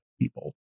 people